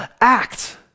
act